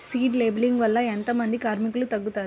Seed లేంబింగ్ వల్ల ఎంత మంది కార్మికులు తగ్గుతారు?